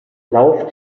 lauf